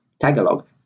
Tagalog